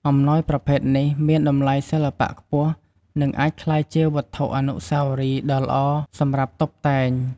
អំណោយប្រភេទនេះមានតម្លៃសិល្បៈខ្ពស់ និងអាចក្លាយជាវត្ថុអនុស្សាវរីយ៍ដ៏ល្អសម្រាប់តុបតែង។